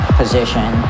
position